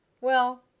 Well